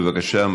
בבקשה,